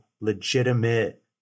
legitimate